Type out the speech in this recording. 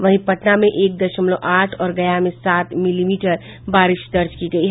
वहीं पटना में एक दशमलव आठ और गया में सात मिलीमीटर बारिश दर्ज की गयी